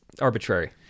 arbitrary